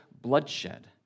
bloodshed